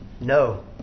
no